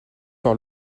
par